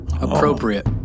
Appropriate